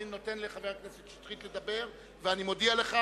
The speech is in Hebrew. אני נותן לחבר הכנסת שטרית לדבר ואני מודיע לך,